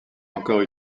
encore